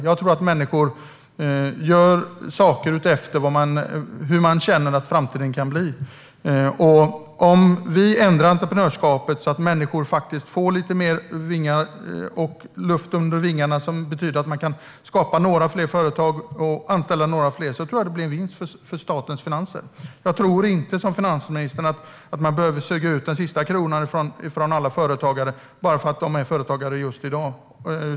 Jag tror att människor gör saker utifrån hur de känner att framtiden kan bli. Om vi ändrar entreprenörskapet så att människor får lite mer luft under vingarna och kan skapa fler företag och anställa några till tror jag att det blir en vinst för statens finanser. Jag tror inte som finansministern att man behöver suga ut den sista kronan från alla företagare bara för att de är företagare just i dag.